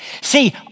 See